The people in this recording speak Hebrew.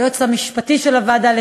ליועץ המשפטי של הוועדה,